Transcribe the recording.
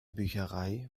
bücherei